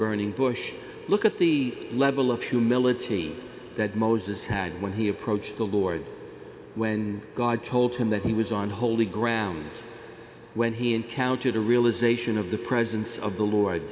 burning bush look at the level of humility that moses had when he approached the lord when god told him that he was on holy ground when he encountered a realisation of the presence of